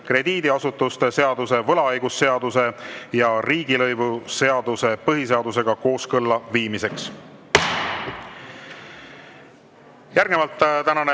krediidiasutuste seaduse, võlaõigusseaduse ja riigilõivuseaduse põhiseadusega kooskõlla viimiseks. Ettepanekut